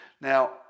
Now